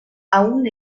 aún